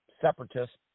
separatists